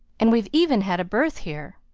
and we've even had a birth here.